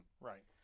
Right